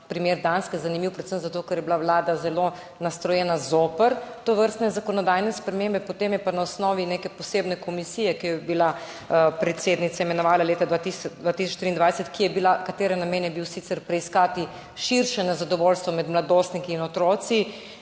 primer Danske, predvsem zato, ker je bila vlada zelo nastrojena zoper tovrstne zakonodajne spremembe, potem je pa na osnovi neke posebne komisije, ki jo je predsednica je imenovala leta 2023, katere namen je bil sicer preiskati širše nezadovoljstvo med mladostniki in otroci,